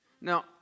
now